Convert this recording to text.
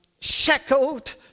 shackled